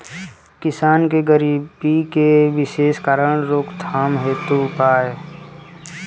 किसान के गरीबी के विशेष कारण रोकथाम हेतु उपाय?